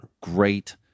great